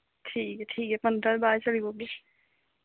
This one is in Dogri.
ठीक ऐ ठीक ऐ पन्दरां दे बाद चली पौगे